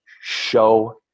show